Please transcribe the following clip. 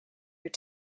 your